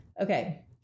Okay